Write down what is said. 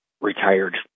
retired